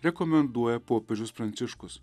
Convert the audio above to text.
rekomenduoja popiežius pranciškus